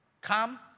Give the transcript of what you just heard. come